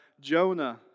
Jonah